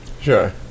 Sure